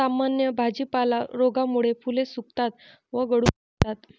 सामान्य भाजीपाला रोगामुळे फुले सुकतात व गळून पडतात